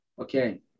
okay